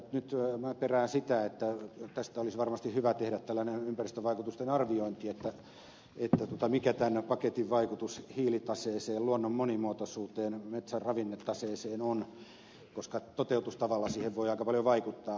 nyt minä perään sitä että tästä olisi varmasti hyvä tehdä tällainen ympäristövaikutusten arviointi mikä tämän paketin vaikutus hiilitaseeseen luonnon monimuotoisuuteen metsän ravinnetaseeseen on koska toteutustavalla siihen voi aika paljon vaikuttaa